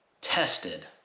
tested